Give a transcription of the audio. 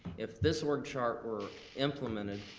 if this org chart were implemented,